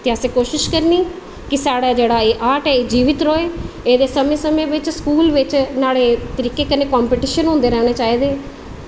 ते असें कोशिश करनी की साढ़ा एह् जेह्ड़ा आर्ट ऐ एह् जीवित रवै एह्दे समें समें बिच स्कूल जेह्ड़े नुहाड़े तरीके कन्नै कम्पीटिशन होंदे रौह्ने चाहिदे